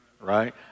right